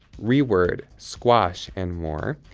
reword, squash, and more.